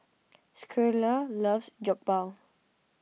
Schuyler loves Jokbal